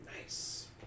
Nice